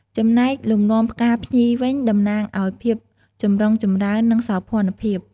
ចំណែកលំនាំផ្កាភ្ញីវិញ តំណាងឱ្យ ភាពចម្រុងចម្រើន និងសោភ័ណភាព។